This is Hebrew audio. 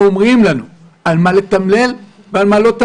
אומרים לנו מה לתמלל ומה לא,